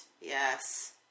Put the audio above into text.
yes